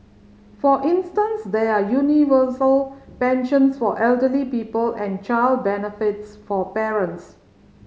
for instance there are universal pensions for elderly people and child benefits for parents